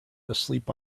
asleep